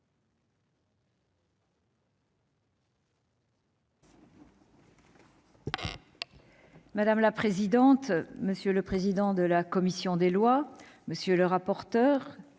Madame la présidente, monsieur le président de la commission des lois, monsieur le rapporteur-